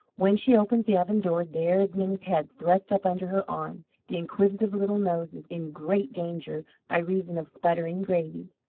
when she opens the oven-door, there is minna's head thrust up under her arm, the inquisitive little nose in great danger by reason of sputtering gravy.